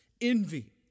envy